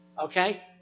Okay